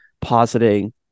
positing